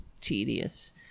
tedious